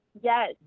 Yes